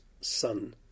son